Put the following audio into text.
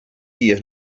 dies